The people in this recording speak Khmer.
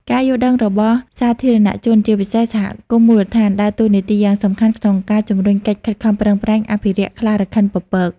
ការយល់ដឹងរបស់សាធារណជន ជាពិសេសសហគមន៍មូលដ្ឋាន ដើរតួនាទីយ៉ាងសំខាន់ក្នុងការជំរុញកិច្ចខិតខំប្រឹងប្រែងអភិរក្សខ្លារខិនពពក។